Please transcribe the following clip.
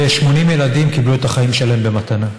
ו-80 ילדים קיבלו את החיים שלהם במתנה.